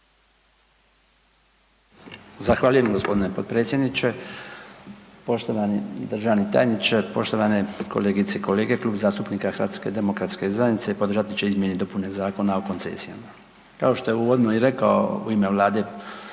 Zahvaljujem g. potpredsjedniče, poštovani državni tajniče, poštovane kolegice i kolege. Klub zastupnika HDZ-a podržati će izmjene i dopune a Zakona o koncesijama. Kao što je uvodno i rekao u ime vlade